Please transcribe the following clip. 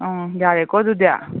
ꯑꯪ ꯌꯥꯔꯦꯀꯣ ꯑꯗꯨꯗꯤ